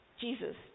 Jesus